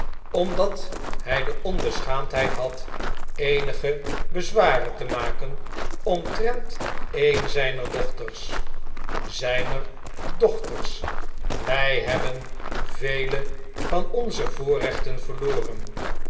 omdat hjj de onbeschaamdheid had eenige bezwaren te maken omtrent een zgner dochters z jj n e r dochters i wn hebben vele van onze voorrechten verloren